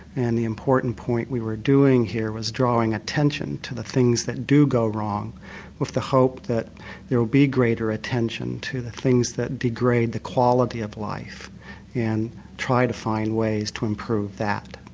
and the important point we were doing here was drawing attention to the things that do go wrong with the hope that there will be greater attention to the things that degrade the quality of life and try to find ways to improve that.